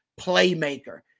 playmaker